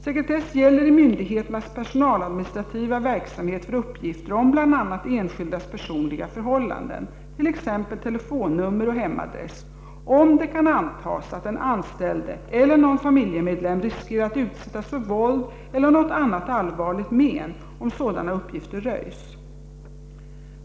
Sekretess gäller i myndigheternas personaladministrativa verksamhet för uppgifter om bl.a. enskildas personliga förhållanden, t.ex. telefonnummer och hemadress, om det kan antas att den anställde eller någon familjemedlem riskerar] att utsättas för våld eller något annat allvarligt men om sådana uppgifter röjs.